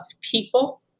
people